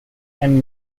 and